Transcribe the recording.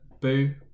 boo